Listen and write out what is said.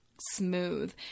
smooth